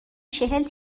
چهل